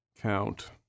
count